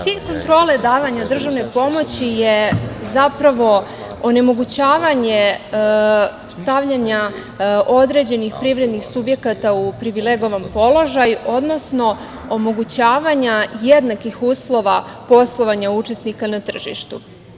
Cilj kontrole davanja državne pomoći je zapravo onemogućavanje stavljanja određenih privrednih subjekata u privilegovanom položaju, odnosno omogućavanja jednakih uslova poslovanja učesnika na tržištu.